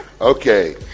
Okay